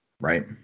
Right